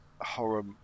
horror